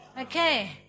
Okay